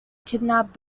kidnap